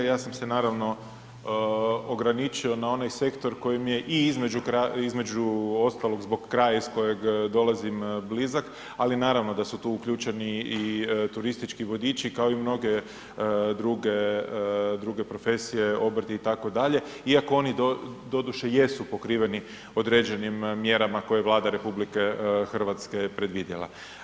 Ja sam se naravno ograničio na onaj sektor kojim je i između ostalog zbog kraja iz kojeg dolazim blizak, ali naravno da su tu uključeni i turistički vodiči kao i mnoge druge profesije obrti itd. iako oni doduše jesu pokriveni određenim mjerama koje Vlada RH predvidjela.